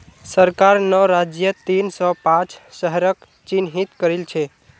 सरकार नौ राज्यत तीन सौ पांच शहरक चिह्नित करिल छे